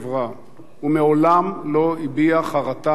הוא מעולם לא הביע חרטה על מעשיו.